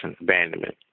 abandonment